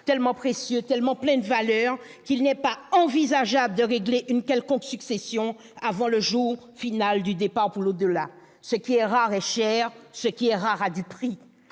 tellement précieux, tellement pleins de valeur qu'il n'est pas envisageable de régler une quelconque succession avant le jour du départ pour l'au-delà. Ce qui est rare est cher, ce qui est rare a du prix